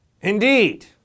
Indeed